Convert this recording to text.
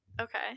Okay